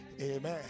amen